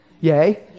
Yay